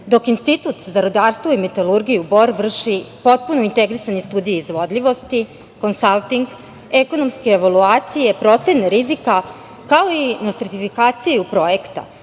dok Institut za rudarstvo i metalurgiju vrši potpuno integrisanje studije izvodljivosti, konsalting, ekonomske evaluacije, procene rizika, kao i nostrifikaciju projekta,